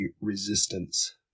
resistance